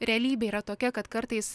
realybė yra tokia kad kartais